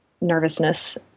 nervousness